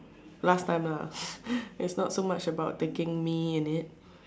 last time lah it's not so much about taking me in it